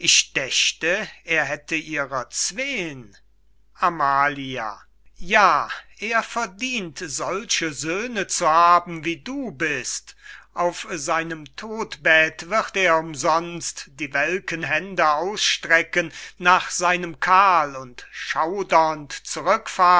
dächte er hätt ihrer zween amalia ja er verdient solche söhne zu haben wie du bist auf seinem todbett wird er umsonst die welken hände ausstrecken nach seinem karl und